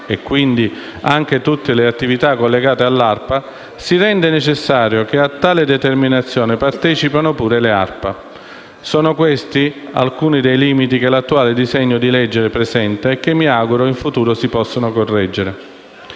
e quindi anche tutte le attività collegate all'ARPA, si rende necessario che a tale determinazione partecipino pure le Agenzie regionali. Sono questi alcuni dei limiti che l'attuale disegno di legge presenta e che mi auguro in futuro si possano correggere.